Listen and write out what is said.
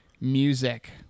music